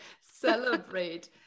celebrate